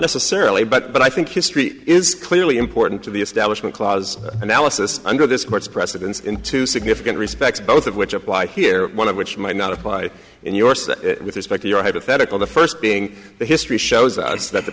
necessarily but i think history is clearly important to the establishment clause analysis under this court's precedents in two significant respects both of which apply here one of which might not apply in your state with respect to your hypothetical the first being that history shows us that the